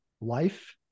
life